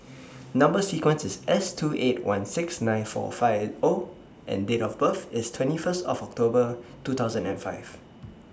Number sequence IS S two eight one six nine four five O and Date of birth IS twenty First of October two thousand and five